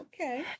Okay